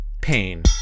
pain